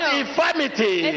infirmity